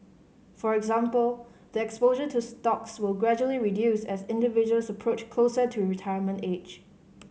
for example the exposure to stocks will gradually reduce as individuals approach closer to retirement age